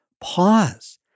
Pause